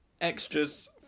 extras